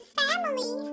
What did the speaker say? family